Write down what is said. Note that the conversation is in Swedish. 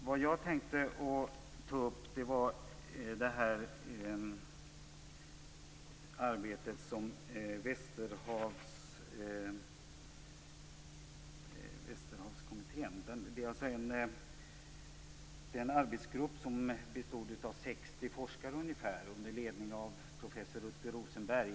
Vad jag tänker ta upp är det arbete som gjorts av Västerhavsprojektet, en arbetsgrupp som bestod av ungefär 60 forskare under ledning av professor Rutger Rosenberg.